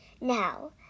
Now